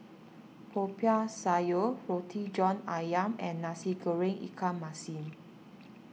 Popiah Sayur Roti John Ayam and Nasi Goreng Ikan Masin